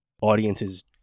audiences